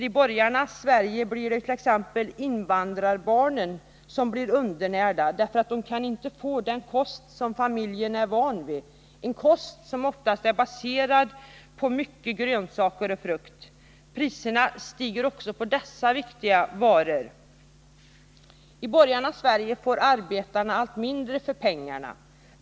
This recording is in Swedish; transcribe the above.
I borgarnas Sverige blir t.ex. invandrarbarn undernärda därför att de inte kan få den kost som familjen är van vid, en kost som är baserad på mycket grönsaker och frukt. Priserna stiger också på dessa viktiga varor. I borgarnas Sverige får arbetarna allt mindre för pengarna.